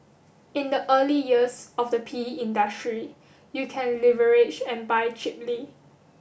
in the early years of the P E industry you can leverage and buy cheaply